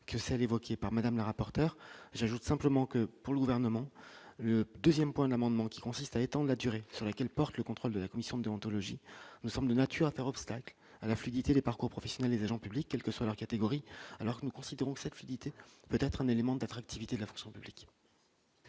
que celles évoquées par Madame le rapporteur, j'ajoute simplement que pour le gouvernement, le 2ème point d'amendement qui consiste à étendent la durée sur laquelle porte le contrôle de la commission déontologie nous sommes de nature à faire obstacle à la fluidité des parcours professionnel exigeant public quelque que soit leur catégorie alors que nous considérons que cette fini es peut-être un élément d'attractivité de la fonction publique.